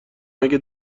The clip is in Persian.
اگه